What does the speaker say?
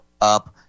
up